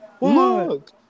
look